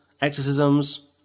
exorcisms